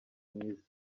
mwiza